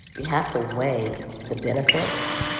we have to weigh the benefits.